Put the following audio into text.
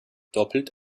doppelt